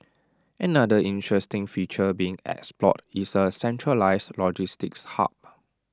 another interesting feature being explored is A centralised logistics hub